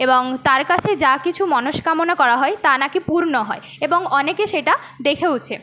এবং তার কাছে যা কিছু মনস্কামনা করা হয় তা নাকি পূর্ণ হয় এবং অনেকে সেটা দেখেওছে